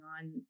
on